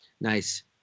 Nice